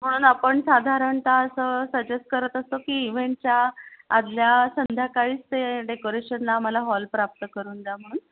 म्हणून आपण साधारणतः असं सजेस्ट करत असतो की इव्हेंटच्या आदल्या संध्याकाळीच ते डेकोरेशनला आम्हाला हॉल प्राप्त करून द्या म्हणून